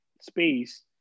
space